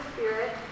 Spirit